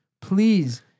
please